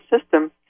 system